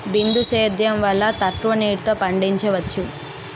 బిందు సేద్యం వల్ల తక్కువ నీటితో పండించవచ్చు